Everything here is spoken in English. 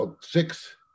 six